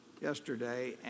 yesterday —